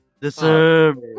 Deserve